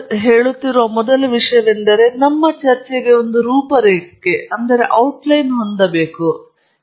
ಹಾಗಾಗಿ ನಾವು ಮಾಡುತ್ತಿರುವ ಮೊದಲ ವಿಷಯವೆಂದರೆ ನಮ್ಮ ಚರ್ಚೆಗೆ ರೂಪರೇಖೆ ಔಟ್ಲೈನ್ ಹೊಂದಬೇಕು